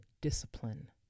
discipline